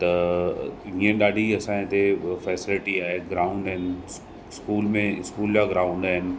त ईअं ॾाढी असां हिते फैसिलिटी आहे ग्राउंड आहिनि स्कूल में स्कूल जा ग्राउंड आहिनि